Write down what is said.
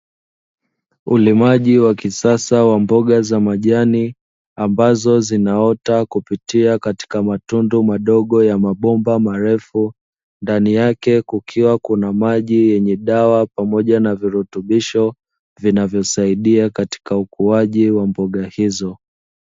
Ulimaji wa kisasa wa mboga za majani ambazo zinaota kupitia katika matundu madogo ya mabomba marefu, ndani yake kukiwa kuna maji yenye dawa pamoja na virutubisho vinavyosaidia katika ukuaji wa mboga hizo.